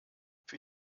für